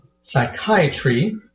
Psychiatry